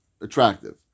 attractive